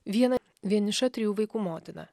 viena vieniša trijų vaikų motina